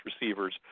receivers